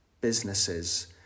businesses